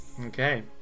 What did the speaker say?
Okay